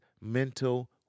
Mental